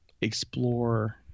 explore